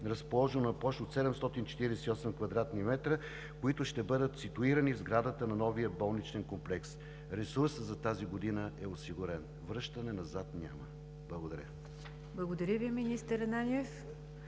разположено на площ от 748 квадратни метра, които ще бъдат ситуирани в сградата на новия болничен комплекс. Ресурсът за тази година е осигурен, връщане назад няма. Благодаря. ПРЕДСЕДАТЕЛ НИГЯР ДЖАФЕР: